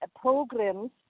programs